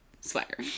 Sweater